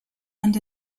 and